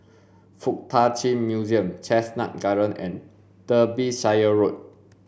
Fuk Tak Chi Museum Chestnut Gardens and Derbyshire Road